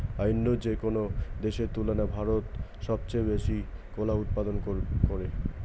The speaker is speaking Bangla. অইন্য যেকোনো দেশের তুলনায় ভারত সবচেয়ে বেশি কলা উৎপাদন করে